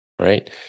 right